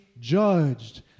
judged